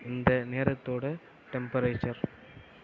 இந்த நேரத்தோட டெம்பரேச்சர்